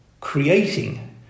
creating